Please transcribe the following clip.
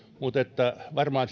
mutta varmaan